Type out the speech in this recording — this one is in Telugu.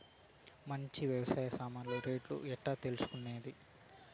మంచి వ్యవసాయ సామాన్లు రేట్లు ఎట్లా తెలుసుకునేది?